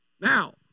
Now